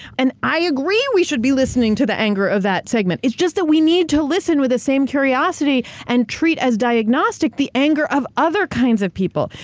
and i agree we should be listening to the anger of that segment. it's just that we need to listen with the same curiosity and treat as diagnostic the anger of other kinds of people.